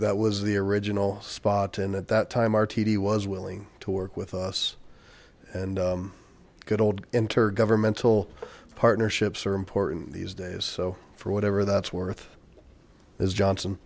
that was the original spot and at that time r t d was willing to work with us and good old inter governmental partnerships are important these days so for whatever that's worth as jo